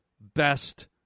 Best